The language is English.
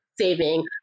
saving